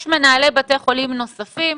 יש מנהלי בתי חולים נוספים,